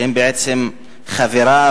שהם בעצם חבריו,